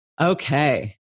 Okay